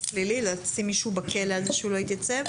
פלילי לשים מישהו בכלא על זה שהוא לא התייצב?